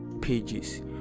pages